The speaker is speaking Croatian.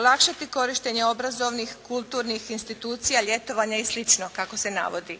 olakšati korištenje obrazovnih, kulturnih institucija, ljetovanja i slično, kako se navodi.